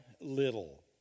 little